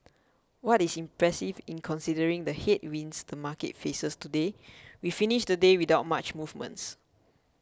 what is impressive is considering the headwinds the market faces today we finished the day without much movements